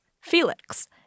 Felix